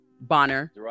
Bonner